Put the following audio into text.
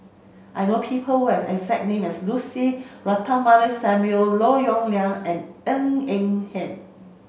I know people who have exact name as Lucy Ratnammah Samuel Lim Yong Liang and Ng Eng Hen